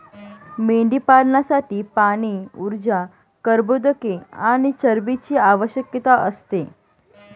मेंढीपालनासाठी पाणी, ऊर्जा, कर्बोदके आणि चरबीची आवश्यकता असते